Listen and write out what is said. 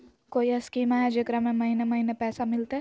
कोइ स्कीमा हय, जेकरा में महीने महीने पैसा मिलते?